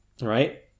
right